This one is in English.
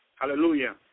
Hallelujah